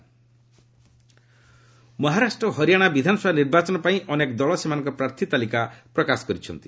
ଆସେମ୍କି polls Maharashtra ଓ ହରିୟାଣା ବିଧାନସଭା ନିର୍ବାଚନ ପାଇଁ ଅନେକ ଦଳ ସେମାନଙ୍କ ପ୍ରାର୍ଥୀ ତାଲିକା ପ୍ରକାଶ କରିଛନ୍ତି